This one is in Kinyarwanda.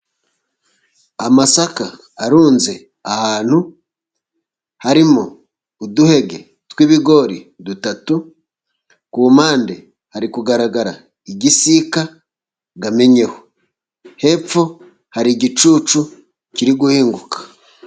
Amasaka arunze ahantu harimo uduheke tw'ibigori dutatu , ku mpande hari kugaragara igisika amennyeho , hepfo hari igicucu kiri guhinguka.